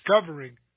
discovering